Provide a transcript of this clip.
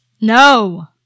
No